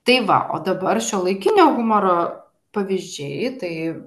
tai va o dabar šiuolaikinio humoro pavyzdžiai tai